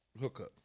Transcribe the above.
hookup